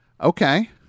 Okay